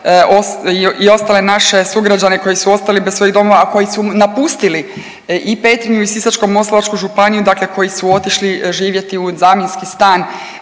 i ostale naše sugrađane koji su ostali bez svojih domova, a koji su napustili i Petrinju i Sisačko-moslavačku županiju, dakle koji su otišli živjeti u zamjenski stan